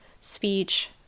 speech